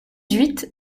huit